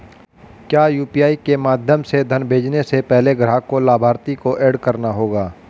क्या यू.पी.आई के माध्यम से धन भेजने से पहले ग्राहक को लाभार्थी को एड करना होगा?